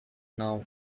now